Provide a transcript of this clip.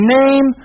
name